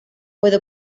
puede